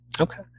Okay